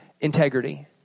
integrity